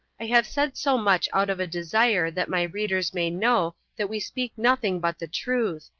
i have said so much out of a desire that my readers may know that we speak nothing but the truth,